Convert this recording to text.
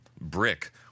brick